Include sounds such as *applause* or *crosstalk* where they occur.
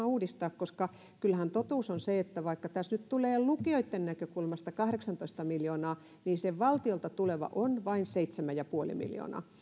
*unintelligible* uudistaa koska kyllähän totuus on se että vaikka tässä nyt tulee lukioitten näkökulmasta kahdeksantoista miljoonaa niin se valtiolta tuleva on vain seitsemän pilkku viisi miljoonaa